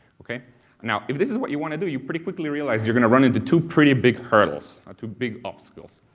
now, if this is what you want to do you pretty quickly realize you're going to run into two pretty big hurdles, two big obstacles.